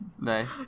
Nice